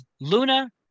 Luna